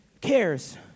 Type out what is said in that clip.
cares